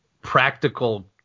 practical